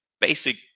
basic